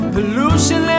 Pollution